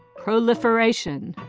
proliferation,